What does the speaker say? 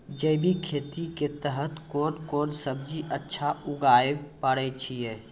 जैविक खेती के तहत कोंन कोंन सब्जी अच्छा उगावय पारे छिय?